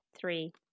three